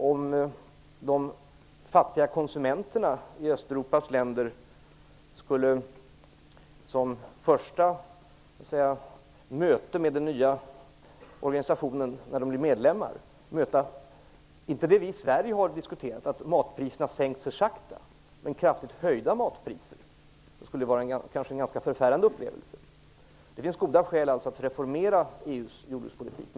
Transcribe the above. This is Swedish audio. Om de fattiga konsumenterna i Östeuropas länder vid den första kontakten med den nya organisationen när de blir medlemmar inte möter det vi i Sverige har diskuterat - att matpriserna sänks för sakta - utan i stället kraftigt höjda matpriser, skulle det vara en ganska förfärande upplevelse. Det finns alltså goda skäl att reformera EU:s jordbrukspolitik.